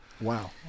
wow